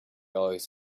always